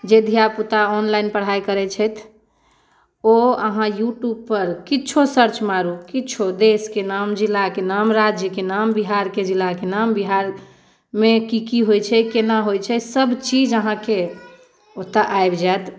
जे धियापुता ऑनलाइन पढ़ाइ करैत छथि ओ अहाँ यूट्यूबपर किछो सर्च मारू किछो देशके नाम जिलाके नाम राज्यके नाम बिहारके जिलाके नाम बिहारमे की की होइत छै केना होइत छै सभचीज अहाँकेँ ओतय आबि जायत